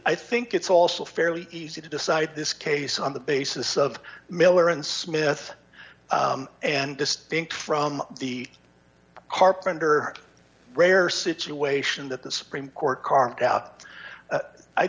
i think it's also fairly easy to decide this case on the basis of miller and smith and distinct from the carpenter rare situation that the supreme court carved out i